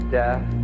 death